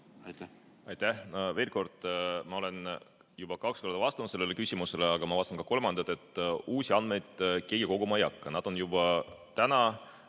halvas seisus. Veel kord: ma olen juba kaks korda vastanud sellele küsimusele, aga ma vastan ka kolmandat korda, et uusi andmeid keegi koguma ei hakka. Need on juba täna